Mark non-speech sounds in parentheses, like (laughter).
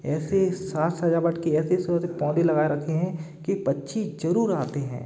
ऐसे साज सजावट कि ऐसे (unintelligible) पौधें लगा रक्खे हैं कि पक्षी जरुर आते हैं